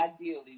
ideally